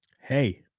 hey